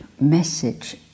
message